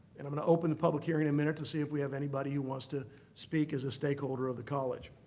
and i'm going to open the public hearing in a minute to see if we have anybody who wants to speak as a stake holder of the college.